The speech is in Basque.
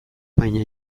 baina